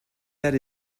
that